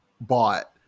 bought